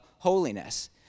holiness